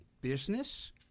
business